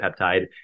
peptide